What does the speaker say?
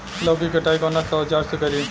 लौकी के कटाई कौन सा औजार से करी?